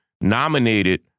nominated